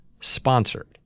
sponsored